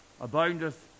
aboundeth